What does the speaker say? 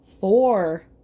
four